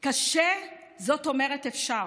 קשה, זאת אומרת אפשר.